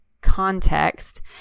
context